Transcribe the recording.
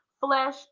flesh